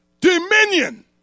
dominion